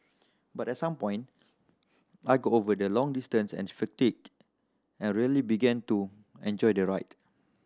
but at some point I got over the long distance and fatigue and really began to enjoy the ride